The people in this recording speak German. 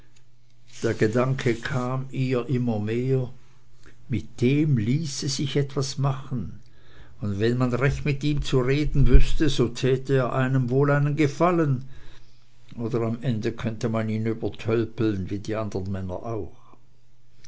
der gedanke kam ihr immer mehr mit dem ließe sich etwas machen und wenn man recht mit ihm zu reden wüßte so täte er einem wohl einen gefallen oder am ende könnte man ihn übertölpeln wie die andern männer auch